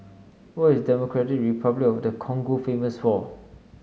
what is Democratic Republic of the Congo famous for